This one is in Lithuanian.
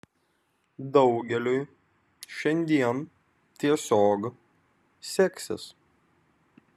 daugeliui šiandien tiesiog seksis